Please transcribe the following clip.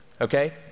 Okay